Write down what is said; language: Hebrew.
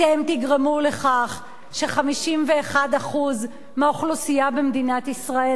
אתם תגרמו לכך ש-51% מהאוכלוסייה במדינת ישראל,